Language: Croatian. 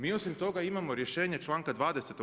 Mi osim toga imamo rješenje članka 20.